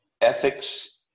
ethics